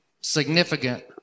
significant